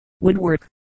woodwork